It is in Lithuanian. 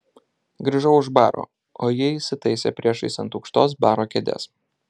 grįžau už baro o ji įsitaisė priešais ant aukštos baro kėdės